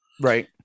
right